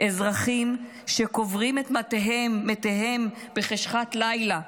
אזרחים שקוברים את מתיהם בחשכת לילה,